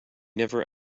never